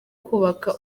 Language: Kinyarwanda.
kubaka